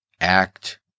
act